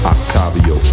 Octavio